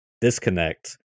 disconnect